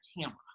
camera